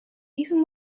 even